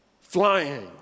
flying